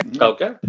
Okay